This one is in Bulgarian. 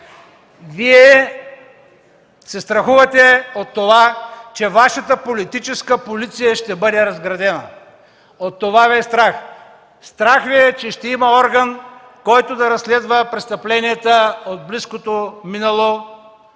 Вие се страхувате от това, че Вашата политическа полиция ще бъде разградена. От това Ви е страх. Страх Ви е, че ще има орган, който да разследва престъпленията от близкото минало.